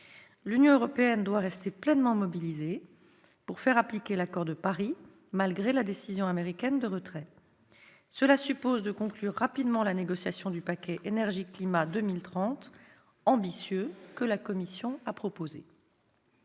L'Union européenne doit rester pleinement mobilisée pour faire appliquer l'accord de Paris, malgré la décision américaine de retrait. Cela suppose de conclure rapidement la négociation de l'ambitieux paquet énergie-climat 2030 que la Commission a proposé.